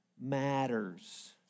matters